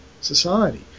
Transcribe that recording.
society